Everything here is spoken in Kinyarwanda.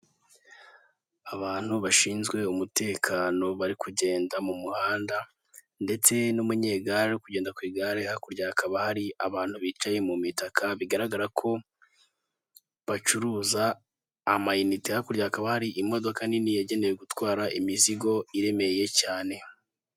Abantu bicaye mu matsinda begereye akameza gafite ibitambaro by'icyatsi byateretsweho amashakoshi, udutabo, amacupa y'amazi ndetse na mudasobwa bari impande y'idirishya rifite amarido asize ibara ry'igitaka.